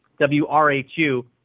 WRHU